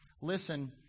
listen